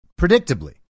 predictably